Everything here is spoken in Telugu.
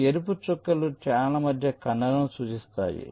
ఈ ఎరుపు చుక్కలు ఛానెల్ల మధ్య ఖండనను సూచిస్తాయి